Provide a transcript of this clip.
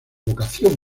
vocación